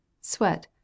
Sweat